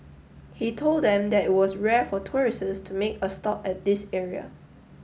he told them that it was rare for tourists to make a stop at this area